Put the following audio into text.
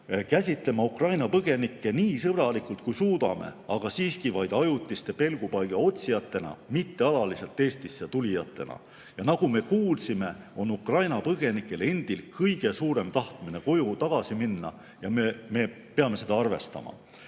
[kohtlema] Ukraina põgenikke nii sõbralikult, kui suudame, aga siiski käsitama neid vaid ajutise pelgupaiga otsijatena, mitte alaliselt Eestisse tulijatena. Nagu me kuulsime, on Ukraina põgenikel endil väga suur tahtmine koju tagasi minna, ja me peame seda arvestama. Ukraina